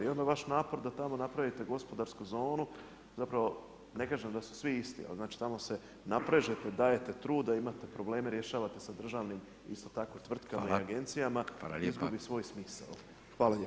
I onda vaš napor da tamo napravite gospodarsku zonu zapravo ne kažem da su svi isti, ali znači tamo se naprežete, dajete truda, imate probleme, probleme rješavate sa državnim isto tako tvrtkama i agencijama, izgubi svoj smisao.